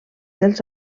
dels